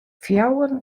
fjouwer